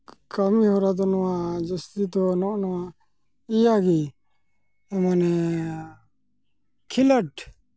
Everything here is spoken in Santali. ᱠᱟᱹᱢᱤᱦᱚᱨᱟ ᱫᱚ ᱱᱚᱣᱟ ᱡᱟᱹᱥᱛᱤ ᱫᱚ ᱱᱚᱜᱼᱚ ᱱᱚᱣᱟ ᱤᱭᱟᱹᱜᱮ ᱢᱟᱱᱮ ᱠᱷᱤᱞᱟᱹᱰ